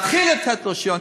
להתחיל לתת לו רישיון,